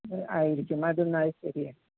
ആയിരിക്കും അത് എന്നാൽ ശരിയാണ്